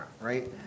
right